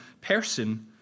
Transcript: person